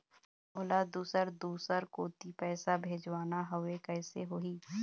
मोला दुसर दूसर कोती पैसा भेजवाना हवे, कइसे होही?